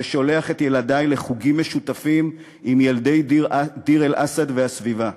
ושולח את ילדי לחוגים משותפים עם ילדי דיר-אל-אסד והסביבה.